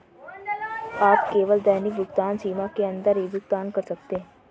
आप केवल दैनिक भुगतान सीमा के अंदर ही भुगतान कर सकते है